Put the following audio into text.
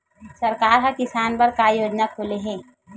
सरकार ह किसान बर का योजना खोले हे?